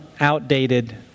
outdated